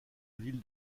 ville